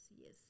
Yes